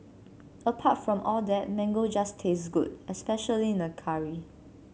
apart from all that mango just tastes good especially in a curry